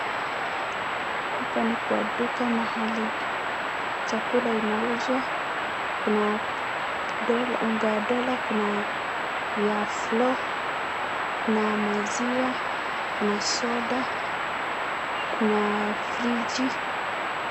Hapa ni kwa duka mahali chakula inauzwa. Kuna Dola unga ya Dola, kuna ya Flo, kuna maziwa, kuna soda, kuna friji.